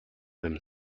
them